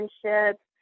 friendships